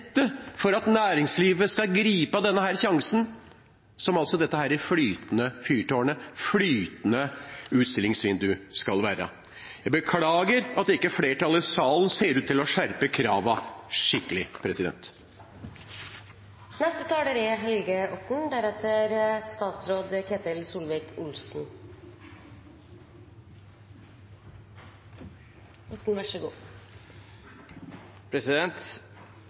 for at næringslivet skal gripe denne sjansen som dette flytende fyrtårnet – flytende utstillingsvinduet – skal være. Jeg beklager at ikke flertallet i salen ser ut til å skjerpe kravene skikkelig. Først av alt: Det er mulig jeg kjenner den som har lagt igjen disse notatene, så